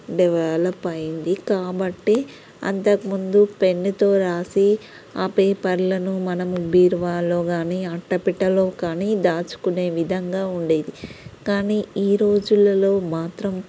develop అయ్యింది కాబట్టి అంతకుముందు పెన్నుతో రాసి ఆ పేపర్లను మనము బీరువాలో గానీ అట్ట పెట్టెలో గానీ దాచుకునే విధంగా ఉండేది కానీ ఈ రోజులలో మాత్రం